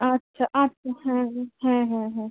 আচ্ছা আচ্ছা হ্যাঁ হ্যাঁ হ্যাঁ হ্যাঁ হ্যাঁ